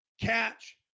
catch